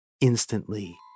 instantly